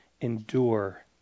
endure